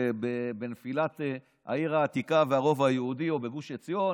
בנפילת העיר העתיקה והרובע היהודי או בגוש עציון,